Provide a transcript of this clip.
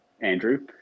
Andrew